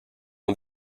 ont